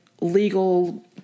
legal